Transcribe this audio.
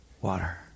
water